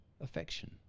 affection